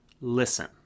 listen